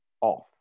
off